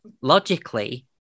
logically